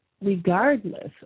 regardless